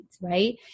right